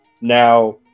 Now